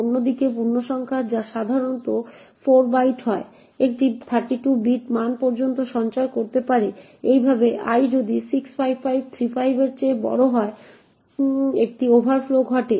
অন্যদিকে পূর্ণসংখ্যা যা সাধারণত 4 বাইট হয় একটি 32 বিট মান পর্যন্ত সঞ্চয় করতে পারে এইভাবে i যদি 65535 এর চেয়ে বড় হয় একটি ওভারফ্লো ঘটে